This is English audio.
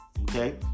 Okay